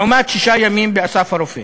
לעומת שישה ימים ב"אסף הרופא".